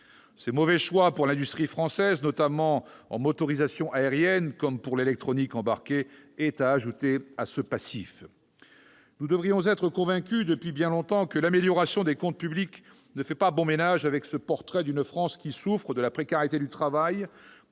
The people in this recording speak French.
Ce mauvais choix pour l'industrie française, en motorisation aérienne comme pour l'électronique embarquée, est à ajouter à ce passif. Nous devrions être convaincus depuis bien longtemps que l'amélioration des comptes publics ne fait pas bon ménage avec ce portrait d'une France qui souffre de la précarité du travail,